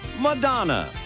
Madonna